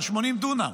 של 80 דונם,